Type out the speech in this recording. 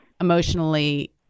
emotionally